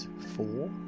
four